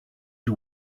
you